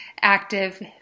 active